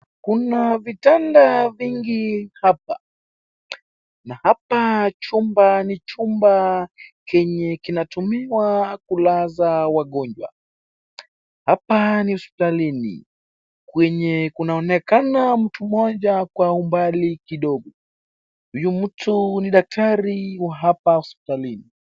Kuna vitanda vingi hapa. Na hapa chumba ni chumba kenye kinatumiwa kulaza wagonjwa. Hapa ni hospitalini, kwenye kunaonekana mtu mmoja kwa umbali kidogo. Huyu mtu ni daktari wa hapa hospitalini.